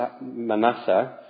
Manasseh